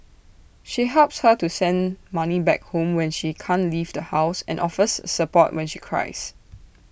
she helps her to send money back home when she can't leave the house and offers support when she cries